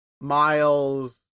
Miles